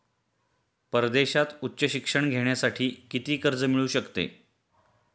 परदेशात उच्च शिक्षण घेण्यासाठी किती कर्ज मिळू शकते?